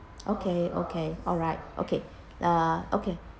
okay okay alright okay uh okay